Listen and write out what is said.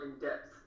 in-depth